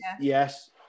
Yes